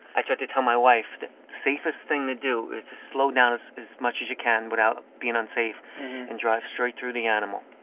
i try to tell my wife the safest thing to do is to slow down as much as you can without being unsafe and drive straight through the animal.